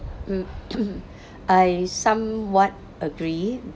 mm I somewhat agree